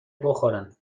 بخورن